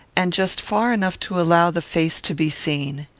and just far enough to allow the face to be seen.